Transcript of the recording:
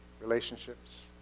Relationships